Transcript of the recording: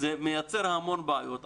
זה מייצר המון בעיות.